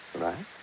right